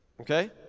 Okay